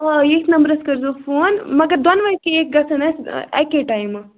آ ییٚتھۍ نمبرَس کٔرۍزیٚو فون مگر دۄنوَے کیک گژھن اَسہِ اَکے ٹایمہٕ